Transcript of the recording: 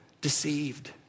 deceived